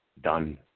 done